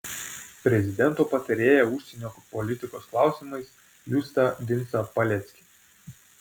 prezidento patarėją užsienio politikos klausimais justą vincą paleckį